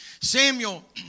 Samuel